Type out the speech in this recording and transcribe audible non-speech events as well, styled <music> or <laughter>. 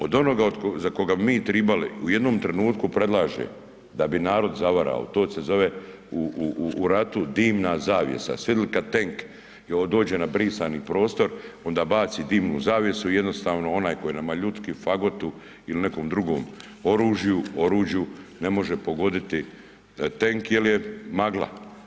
Od onoga za koga bi mi trebali u jednom trenutku, predlaže da bi narod zavarao, to se zove u ratu dimna zavjesa, jeste vidjeli kad tenk dođe na brisani prostor onda baci dimnu zavjesu, jednostavno onaj koji nama ... <unintelligible> fagotu ili nekom drugom oružju ne može pogoditi tenk jer je magla.